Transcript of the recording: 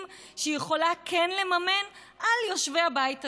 שהיא כן יכולה לממן על יושבי הבית הזה,